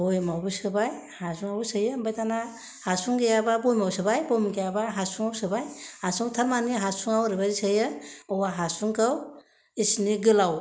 बयामावबो सोबाय हासुङावबो सोयो ओमफ्राय दाना हासुं गैयाब्ला बयामाव सोबाय बयाम गैयाब्ला हासुङाव सोबाय हासुङाव थारमाने ओरैबायदि सोयो औवा हासुंखौ इसिनि गोलाव